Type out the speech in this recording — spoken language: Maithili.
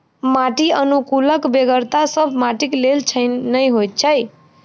माटि अनुकुलकक बेगरता सभ माटिक लेल नै होइत छै